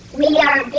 we are